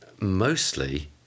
Mostly